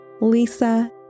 Lisa